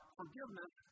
forgiveness